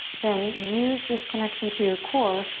then use this connection to your core,